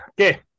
Okay